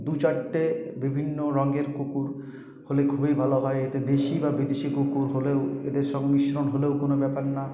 দু চারটে বিভিন্ন রঙের কুকুর হলে খুবই ভালো হয় এতে দেশি বা বিদেশি কুকুর হলেও এদের সংমিশ্রণ হলেও কোনো ব্যাপার না